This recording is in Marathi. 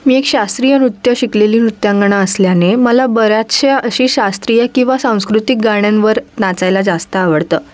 मी एक शास्त्रीय नृत्य शिकलेली नृत्यांगना असल्याने मला बऱ्याचशा अशी शास्त्रीय किंवा सांस्कृतिक गाण्यांवर नाचायला जास्त आवडतं